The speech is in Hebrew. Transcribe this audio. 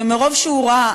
שמרוב שהוא רע,